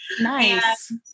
Nice